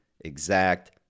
exact